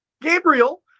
Gabriel